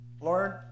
Lord